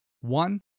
One